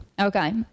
okay